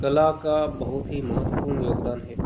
कला का बहुत ही महत्वपूर्ण योगदान है